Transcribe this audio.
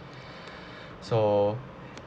so